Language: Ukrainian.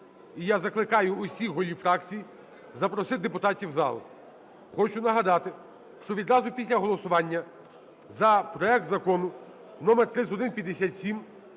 і я закликаю усіх голів фракцій запросити депутатів в зал. Хочу нагадати, що відразу після голосування за проект Закону № 3157